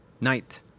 Night